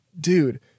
dude